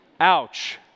ouch